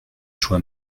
choix